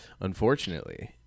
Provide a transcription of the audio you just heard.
unfortunately